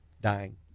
Dying